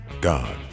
God